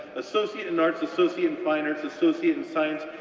associate in arts, associate in fine arts, associate in science,